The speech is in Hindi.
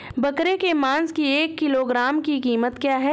बकरे के मांस की एक किलोग्राम की कीमत क्या है?